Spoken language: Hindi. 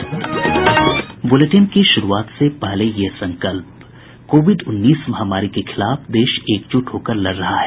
बुलेटिन की शुरूआत से पहले ये संकल्प कोविड उन्नीस महामारी के खिलाफ देश एकजुट होकर लड़ रहा है